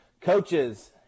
Coaches